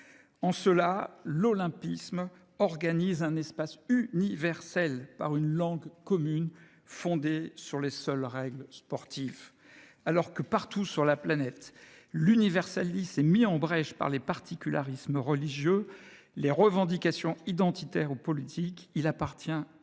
En cela, l’olympisme organise un espace universel par une langue commune fondée sur les seules règles sportives. Alors que, partout sur la planète, l’universalisme est battu en brèche par les particularismes religieux, les revendications identitaires ou politiques, il appartient à la France